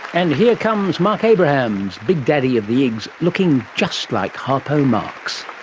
and here comes marc abrahams, big daddy of the igs, looking just like harpo marx.